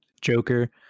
Joker